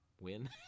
win